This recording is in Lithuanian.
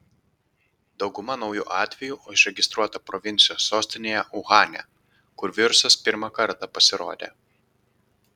dauguma naujų atvejų užregistruota provincijos sostinėje uhane kur virusas pirmą kartą pasirodė